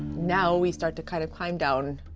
now we start to kind of climb down.